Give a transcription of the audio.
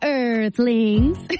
earthlings